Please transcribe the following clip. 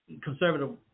conservative